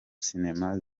sinema